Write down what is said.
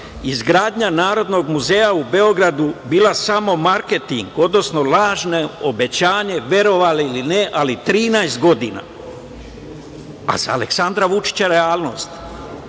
izgradnja Narodnog muzeja u Beogradu bila samo marketing, odnosno lažno obećanje, verovali ili ne, ali 13 godina, a za Aleksandra Vučića realnost.